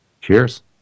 Cheers